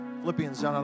Philippians